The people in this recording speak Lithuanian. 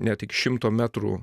net iki šimto metrų